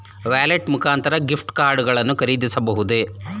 Wallet ಮುಖಾಂತರ gift card ಗಳನ್ನು ಖರೀದಿಸಬಹುದೇ?